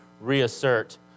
reassert